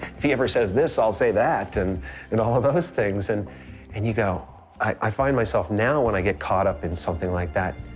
if he ever says this, i'll say that, and and all of those things and and you go i find myself now, when i get caught up in something like that,